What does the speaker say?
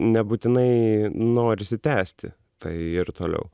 nebūtinai norisi tęsti tai ir toliau